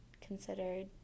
considered